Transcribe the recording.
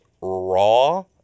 raw